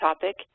topic